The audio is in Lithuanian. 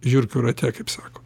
žiurkių rate kaip sako